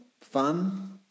fun